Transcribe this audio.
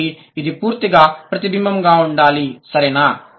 కాబట్టి ఇది పూర్తిగా ప్రతిబింబంగా ఉండాలి సరేనా